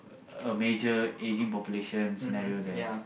a major ageing population scenario there